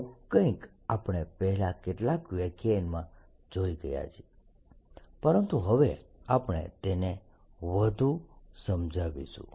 આવું કંઈક આપણે પહેલા કેટલાક વ્યાખ્યાનમાં જોઈ ગયા છે પરંતુ હવે આપણે તેને વધુ સમજાવીશું